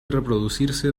reproducirse